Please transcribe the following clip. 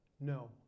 No